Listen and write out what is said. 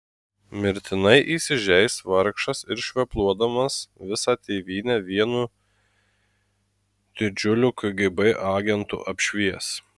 mirtinai įsižeis vargšas ir švepluodamas visą tėvynę vienu didžiuliu kgb agentu apšvies